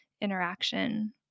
interaction